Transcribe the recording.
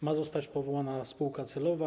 Ma zostać powołana spółka celowa.